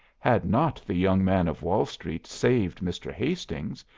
had not the young man of wall street saved mr. hastings,